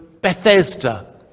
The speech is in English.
Bethesda